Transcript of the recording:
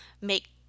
make